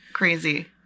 crazy